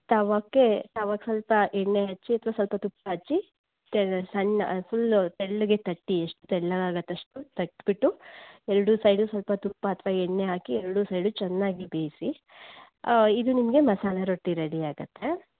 ತವಾಕ್ಕೆ ತವಾಕ್ಕೆ ಸ್ವಲ್ಪ ಎಣ್ಣೆ ಹಚ್ಚಿ ಅಥವಾ ಸ್ವಲ್ಪ ತುಪ್ಪ ಹಚ್ಚಿ ತೆಳ್ ಸಣ್ಣ ಫುಲ್ ತೆಳ್ಳಗೆ ತಟ್ಟಿ ಎಷ್ಟು ತೆಳ್ಳಗಾಗತ್ತೆ ಅಷ್ಟು ತಟ್ಟಿಬಿಟ್ಟು ಎರಡೂ ಸೈಡ್ ಸ್ವಲ್ಪ ತುಪ್ಪ ಅಥವಾ ಎಣ್ಣೆ ಹಾಕಿ ಎರಡೂ ಸೈಡ್ ಚೆನ್ನಾಗಿ ಬೇಯಿಸಿ ಇದು ನಿಮಗೆ ಮಸಾಲೆ ರೊಟ್ಟಿ ರೆಡಿಯಾಗತ್ತೆ